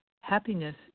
Happiness